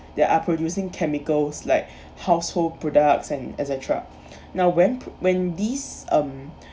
they are producing chemicals like household products and et cetera now when p~ when these um